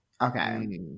Okay